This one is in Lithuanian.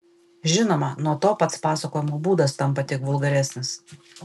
žinoma nuo to pats pasakojimo būdas tampa tik vulgaresnis